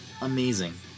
Amazing